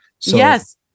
Yes